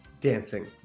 Dancing